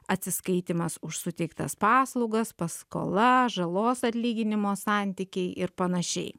atsiskaitymas už suteiktas paslaugas paskola žalos atlyginimo santykiai ir panašiai